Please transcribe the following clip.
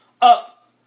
Up